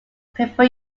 prefer